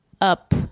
up